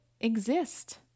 exist